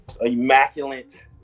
immaculate